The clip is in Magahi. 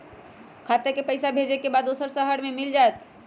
खाता के पईसा भेजेए के बा दुसर शहर में मिल जाए त?